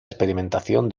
experimentación